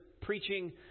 preaching